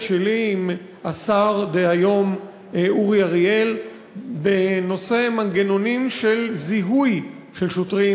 שלי עם השר דהיום אורי אריאל בנושא מנגנונים של זיהוי של שוטרים,